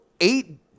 eight